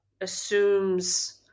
assumes